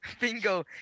Bingo